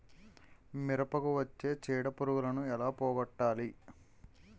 మిరపకు వచ్చే చిడపురుగును ఏల పోగొట్టాలి?